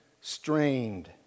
strained